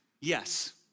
yes